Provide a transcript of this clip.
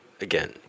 again